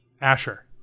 Asher